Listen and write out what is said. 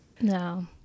No